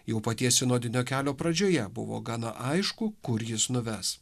jau paties sinodinio kelio pradžioje buvo gana aišku kur jis nuves